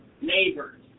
neighbors